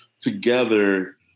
together